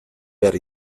behar